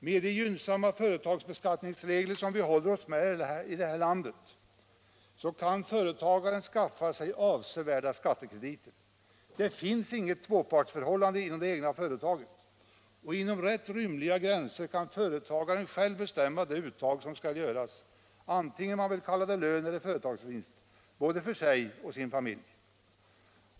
Med de gynnsamma företagsbeskatt 17 december 1976 ningsregler som vi håller oss med i det här landet kan företagaren skaffa sig avsevärda skattekrediter. Det finns inget tvåpartsförhållande inom Ändrade beskattdet egna företaget och inom rätt rimliga gränser kan företagaren själv = ningsregler för bestämma det uttag som skall göras — antingen man vill kalla det lön = egenföretagare, eller företagarvinst — både för sig och sin familj.